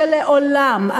שלעולם,